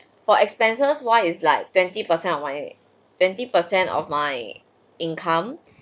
for expenses why is like twenty per cent of why twenty percent of my income